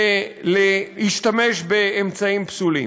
ולהשתמש באמצעים פסולים.